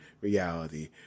reality